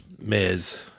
Miz